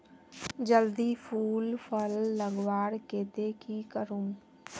जल्दी फूल फल लगवार केते की करूम?